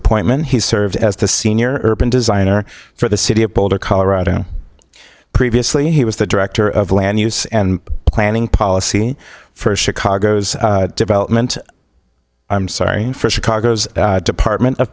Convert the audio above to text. appointment he served as the senior urban designer for the city of boulder colorado previously he was the director of land use and planning policy for chicago's development i'm sorry for chicago's department of